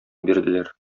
бирделәр